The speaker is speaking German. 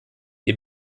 wir